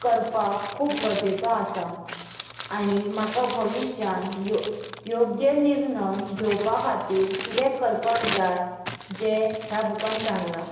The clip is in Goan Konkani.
करपाक खूब गरजेचो आसा आणी म्हाका भविश्यान यो योग्य निर्णय घेवपा खातीर कितें करपाक जाय जे ह्या बुकान सांगलां